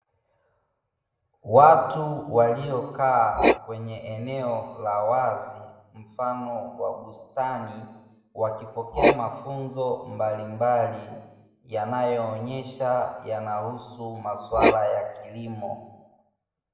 Watu waliokaa kwenye eneo la wazi mfano wa bustani, wakipokea mafunzo mbalimbali, yanayoonyesha yanahusu masuala ya kilimo.